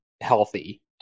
healthy